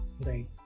Right